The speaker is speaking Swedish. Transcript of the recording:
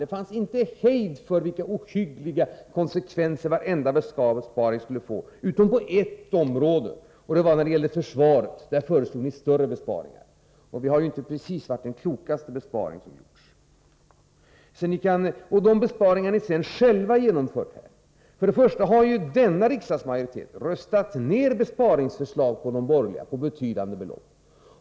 Det fanns ingen hejd på vilka ohyggliga konsekvenser varenda besparing skulle få — utom på ett område: försvaret. Där föreslog ni större besparingar. Det har ju inte precis varit den klokaste besparing som gjorts. Sedan har ni själva genomfört besparingar. För det första har ju denna riksdagsmajoritet röstat ned borgerliga besparingsförslag på betydande belopp.